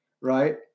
right